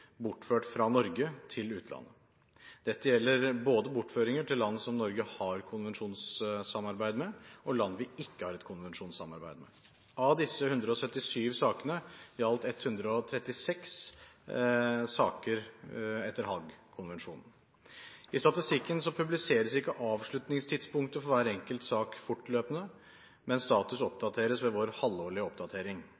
bortført fra Norge til utlandet. Dette gjelder bortføringer både til land som Norge har konvensjonssamarbeid med, og til land vi ikke har et konvensjonssamarbeid med. Av disse 177 sakene gjaldt 136 saker etter Haag-konvensjonen. I statistikken publiseres ikke avslutningstidspunktet for hver enkelt sak fortløpende, men status